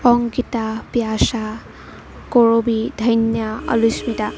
Ankita Piyasa Karabi Dhanya Olismita